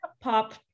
pop